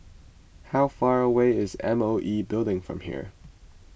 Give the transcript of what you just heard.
how far away is M O E Building from here